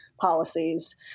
policies